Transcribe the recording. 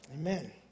Amen